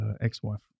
ex-wife